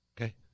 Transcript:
Okay